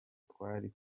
twari